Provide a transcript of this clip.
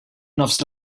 nofs